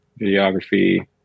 videography